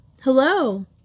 Hello